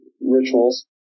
rituals